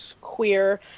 queer